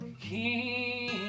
King